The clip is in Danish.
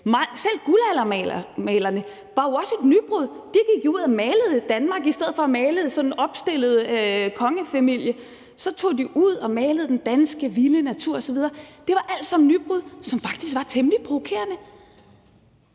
Selv guldaldermalerne skabte jo også et nybrud. De gik jo ud og malede Danmark i stedet for at male sådan opstillede kongefamilier; de tog ud og malede den danske vilde natur osv. Det var alt sammen nybrud, som faktisk var temmelig provokerende.